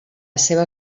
seva